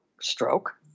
Stroke